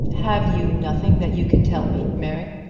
have you nothing that you can tell me, mary?